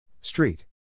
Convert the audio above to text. Street